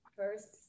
first